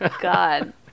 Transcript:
god